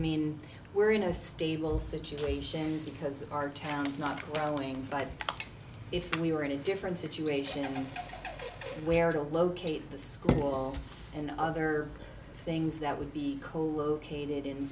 mean we're in a stable situation because our town is not growing but if we were in a different situation where to locate the school and other things that would be colocated in